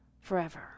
forever